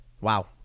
Wow